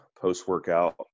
post-workout